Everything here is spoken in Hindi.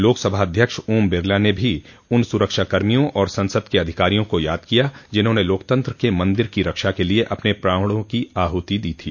लोकसभा अध्यक्ष ओम बिरला ने भी उन सुरक्षाकर्मियों और संसद के अधिकारियों को याद किया जिन्होंने लोकतंत्र के मंदिर की रक्षा के लिए अपने प्राणों की आहुति दी थी